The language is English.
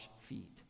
feet